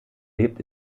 lebt